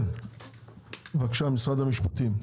כן, בבקשה, משרד המשפטים.